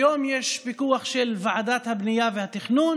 היום יש פיקוח של ועדת הבנייה והתכנון